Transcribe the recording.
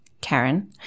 Karen